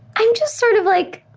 i'm just sort of like